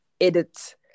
edit